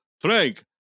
Frank